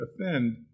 offend